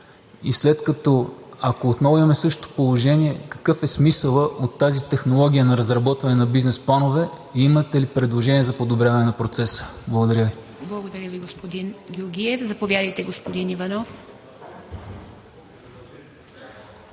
е изпълнено? Ако отново имаме същото положение, какъв е смисълът от тази технология на разработване на бизнес планове? Имате ли предложение за подобряване на процеса? Благодаря Ви. ПРЕДСЕДАТЕЛ ИВА МИТЕВА: Благодаря Ви, господин Георгиев. Заповядайте, господин Иванов.